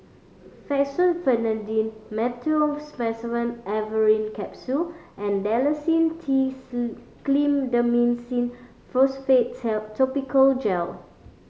Fexofenadine Meteospasmyl Alverine Capsule and Dalacin T Clindamycin Phosphate Topical Gel